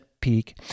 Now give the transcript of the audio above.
peak